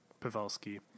Pavelski